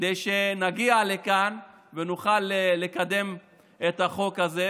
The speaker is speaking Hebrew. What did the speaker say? כדי שנגיע לכאן ונוכל לקדם את החוק הזה,